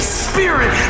spirit